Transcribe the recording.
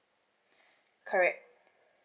correct